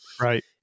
Right